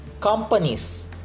companies